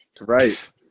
Right